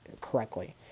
correctly